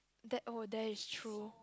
that oh that is true